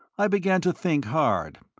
i began to think hard.